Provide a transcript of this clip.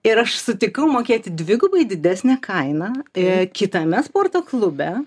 ir aš sutikau mokėti dvigubai didesnę kainą kitame sporto klube